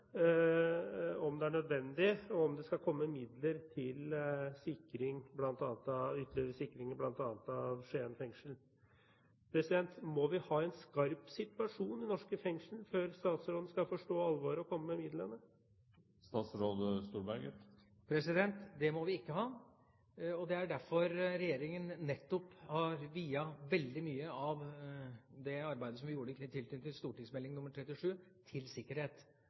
om det er nødvendig at det skal komme midler til ytterligere sikring bl.a. ved Skien fengsel. Må vi ha en skarp situasjon i norske fengsler før statsråden skal forstå alvoret og komme med midlene? Det må vi ikke ha. Det er derfor regjeringa nettopp har viet veldig mye av det arbeidet som vi gjorde i tilknytning til St.meld. nr. 37 for 2007–2008, til sikkerhet.